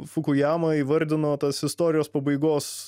fukujama įvardino tas istorijos pabaigos